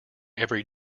every